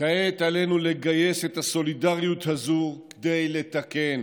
עלינו לגייס את הסולידריות הזאת כדי לתקן.